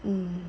hmm